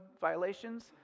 violations